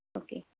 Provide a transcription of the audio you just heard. okay